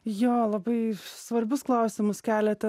jo labai svarbius klausimus keliate